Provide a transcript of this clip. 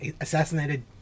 assassinated